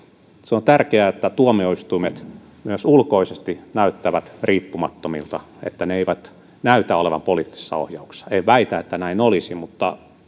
on tärkeää että tuomioistuimet myös ulkoisesti näyttävät riippumattomilta että ne eivät näytä olevan poliittisessa ohjauksessa en väitä että näin olisi mutta